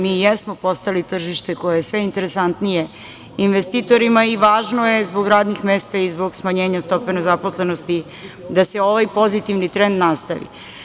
Mi jesmo postali tržište koje je sve interesantnije investitorima i važno je, zbog radnih mesta i zbog smanjenja stope nezaposlenosti, da se ovaj pozitivni trend nastavi.